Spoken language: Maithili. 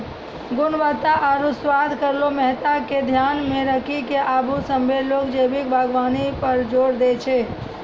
गुणवत्ता आरु स्वाद केरो महत्ता के ध्यान मे रखी क आबे सभ्भे लोग जैविक बागबानी पर जोर दै छै